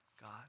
God